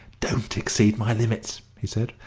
don't exceed my limits, he said,